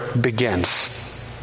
begins